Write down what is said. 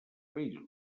països